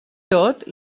tot